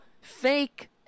fake